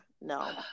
No